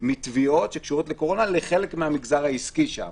מתביעות שקשורות לקורונה לחלק מן המגזר העסקי שם.